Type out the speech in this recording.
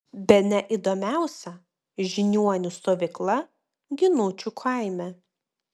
bene įdomiausia žiniuonių stovykla ginučių kaime